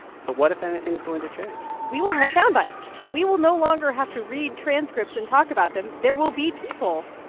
so what, if anything, is going to change? we will have sound bites. we will no longer have to read transcripts and talk about them. there will be people,